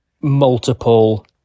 multiple